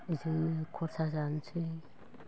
जोङो खरसा जानोसै